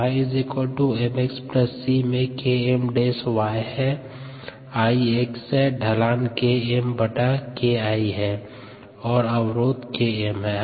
y mx c में Km y है I x है ढलान Km KI है और अवरोध Km है